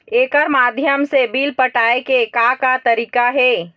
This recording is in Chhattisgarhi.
एकर माध्यम से बिल पटाए के का का तरीका हे?